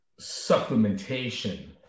supplementation